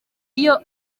iyo